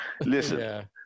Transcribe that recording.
Listen